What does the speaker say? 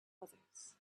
others